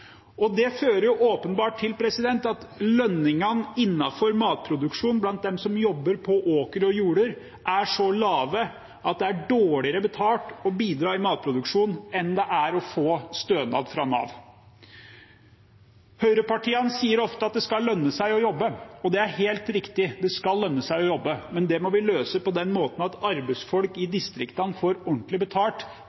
Det fører åpenbart til at lønningene innenfor matproduksjon blant dem som jobber på åkrer og jorder, er så lave at det er dårligere betalt å bidra i matproduksjon enn det er å få stønad fra Nav. Høyrepartiene sier ofte at det skal lønne seg å jobbe, og det er helt riktig, det skal lønne seg å jobbe, men det må vi løse på den måten at arbeidsfolk i